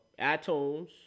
iTunes